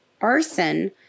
arson